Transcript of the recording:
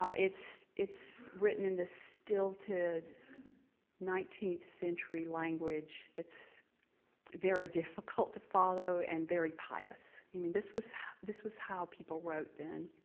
ah it's it's written in this stilted nineteenth century language that's very difficult to follow and very pious. i mean, this was this was how people wrote then,